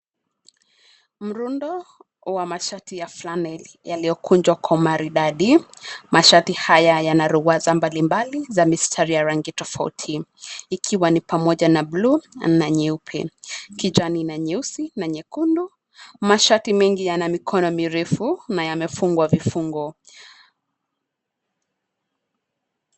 Mrundo wa mashati ya flaneli yaliyokunjwa kwa maridadi .Mashati haya yanaruwaza mbalimbali za mistari ya rangi tofauti ikiwa ni pamoja na bluu na nyeupe, kijani na nyeusi, na nyekundu. Mashati mengi yana mikono mirefu na yamefungwa vifungo.